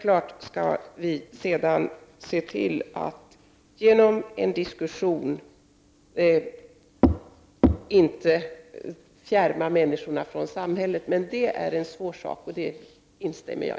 Sedan skall vi självfallet genom en diskussion se till att inte fjärma människor från samhället. Jag instämmer i att det är en svår sak.